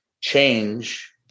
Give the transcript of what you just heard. change